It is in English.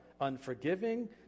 unforgiving